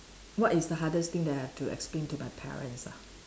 what is the hardest thing that I have to explain to my parents ah